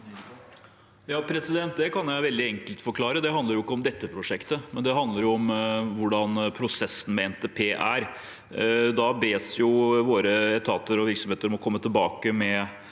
Ja, det kan jeg veldig enkelt forklare. Det handler ikke om dette prosjektet, men om hvordan prosessen med NTP er. Da bes våre etater og virksomheter komme tilbake med